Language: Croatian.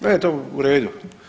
Meni je to uredu.